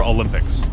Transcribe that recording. Olympics